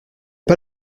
pas